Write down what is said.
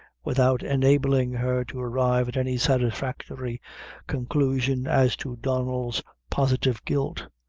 without enabling her to arrive at any satisfactory conclusion as to donnel's positive guilt,